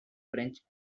french